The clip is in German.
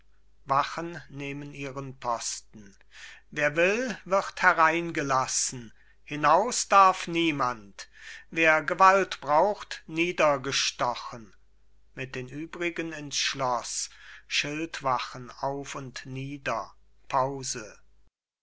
wachen nehmen ihren posten wer will wird hereingelassen hinaus darf niemand wer gewalt braucht niedergestochen mit den übrigen ins schloß schildwachen auf und nieder pause